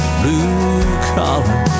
blue-collar